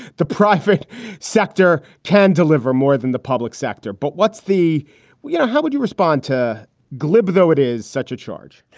the private sector can deliver more than the public sector. but what's the you know, how would you respond to glib, though, it is such a charge?